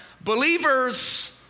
believers